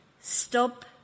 stop